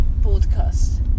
podcast